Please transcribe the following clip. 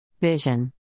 Vision